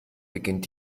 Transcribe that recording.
beginnt